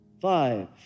Five